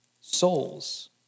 souls